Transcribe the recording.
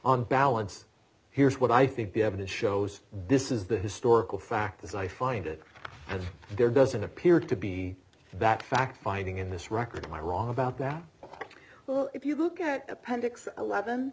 on balance here's what i think the evidence shows this is the historical fact as i find it and there doesn't appear to be back fact finding in this record i wrong about that well if you look at appendix eleven